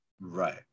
Right